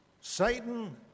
Satan